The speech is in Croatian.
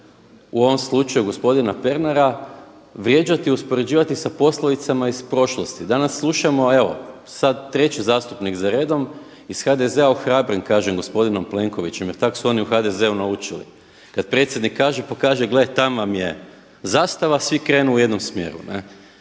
u ovom slučaju gospodina Pernara vrijeđati, uspoređivati sa poslovicama iz prošlosti. Danas slušamo evo treći zastupnik za redom iz HDZ-a ohrabren kažem gospodinom Plenkovićem jer tako su oni u HDZ-u naučili kada predsjednik kaže, pokaže gle tam vam je zastava svi krenu u jednom smjeru.